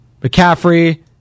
McCaffrey